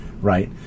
right